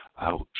Ouch